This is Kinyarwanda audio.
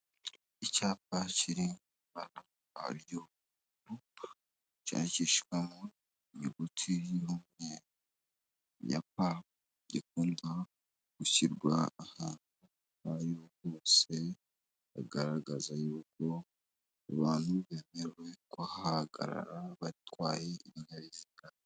Icyapa cyiri mu ibara ry'ubururu mu nyuguti ya P cyandikishijwe mu nyuguti y'umweru ya P gikunda gushyirwa ahantu ahariho hose bigaragaza y'uko abantu bemerewe guhagarara batwaye ibinyabiziga.